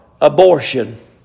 abortion